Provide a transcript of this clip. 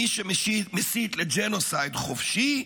מי שמסית לג'נוסייד, חופשי,